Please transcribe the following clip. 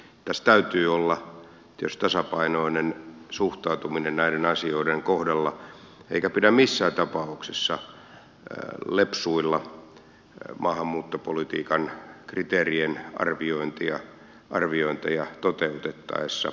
tässä täytyy olla tietysti tasapainoinen suhtautuminen näiden asioiden kohdalla eikä pidä missään tapauksessa lepsuilla maahanmuuttopolitiikan kriteerien arviointeja toteutettaessa